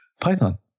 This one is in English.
python